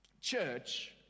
church